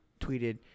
tweeted